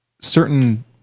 certain